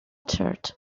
church